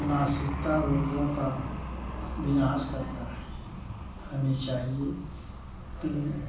नासिकता रोगों का विनाश करता है हमें चाहिए कि